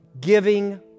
giving